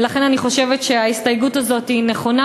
ולכן אני חושבת שההסתייגות הזאת היא נכונה,